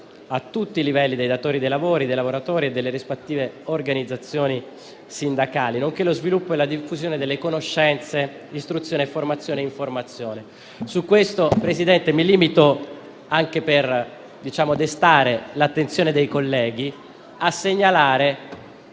a tutti i livelli, dei datori di lavoro, dei lavoratori e delle rispettive organizzazioni sindacali, nonché lo sviluppo e la diffusione delle conoscenze, istruzione, formazione ed informazione. Su questo, signor Presidente, mi limito, anche per destare l'attenzione dei colleghi, a segnalare